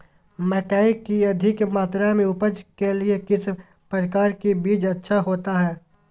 मकई की अधिक मात्रा में उपज के लिए किस प्रकार की बीज अच्छा होता है?